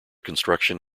construction